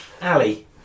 Ali